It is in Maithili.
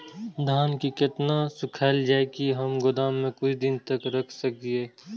धान के केतना सुखायल जाय की हम गोदाम में कुछ दिन तक रख सकिए?